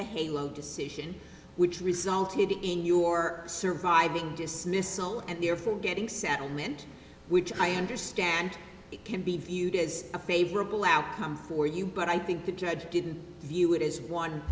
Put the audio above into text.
the decision which resulted in your surviving dismissal and therefore getting settlement which i understand can be viewed as a favorable outcome for you but i think the judge didn't view it is one